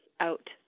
out